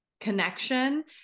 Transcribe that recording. Connection